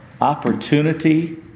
opportunity